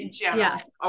Yes